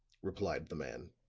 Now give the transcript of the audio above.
replied the man.